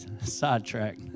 sidetrack